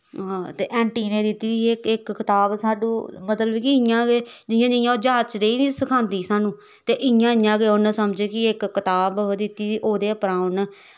हां ते आंटी नै दित्ती दी इक ट़प साह्नू मतलव कि इयां गै जियां जियां ओह् जाच रेही नी सखांदा स्हानू ते इयां इयां गै समझ गी इक कताब ही दित्ती दी ओह्दे उप्परा उनैं